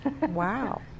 Wow